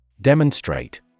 demonstrate